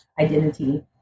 identity